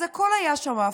אז הכול היה שם הפוך.